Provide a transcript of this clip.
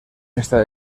está